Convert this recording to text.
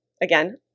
Again